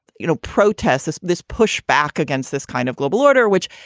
you know, protests, this push back against this kind of global order, which,